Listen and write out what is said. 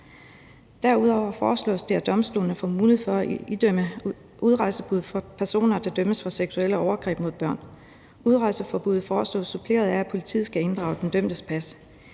derudover, at domstolene får mulighed for at idømme udrejseforbud for personer, der dømmes for seksuelle overgreb mod børn. For det sjette foreslås udrejseforbuddet herudover suppleret af, at politiet skal inddrage den dømtes pas.